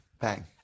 Bang